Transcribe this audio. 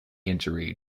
injury